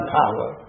power